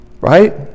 right